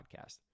podcast